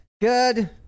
Good